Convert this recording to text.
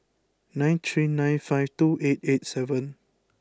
nine three nine five two eight eight seven